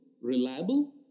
reliable